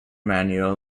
manuel